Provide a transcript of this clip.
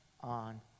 on